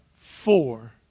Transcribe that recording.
four